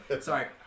sorry